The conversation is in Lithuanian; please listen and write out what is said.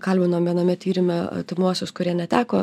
kalbinom viename tyrime artimuosius kurie neteko